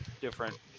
different